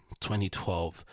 2012